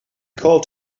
called